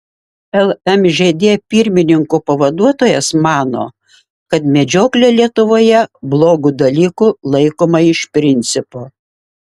lmžd pirmininko pavaduotojas mano kad medžioklė lietuvoje blogu dalyku laikoma iš principo